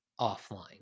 offline